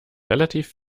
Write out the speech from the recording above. relativ